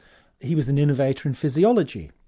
he was an innovator in physiology,